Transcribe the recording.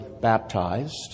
baptized